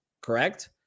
Correct